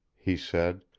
he said,